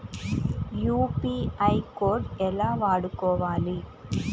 UPI code ఎలా వాడుకోవాలి?